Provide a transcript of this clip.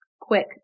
quick